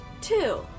Two